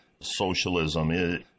socialism